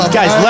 guys